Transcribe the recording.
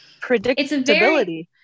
predictability